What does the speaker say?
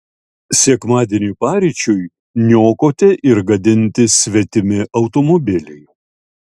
sekmadienį paryčiui niokoti ir gadinti svetimi automobiliai